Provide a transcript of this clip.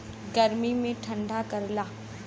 गर्मी मे ठंडा करला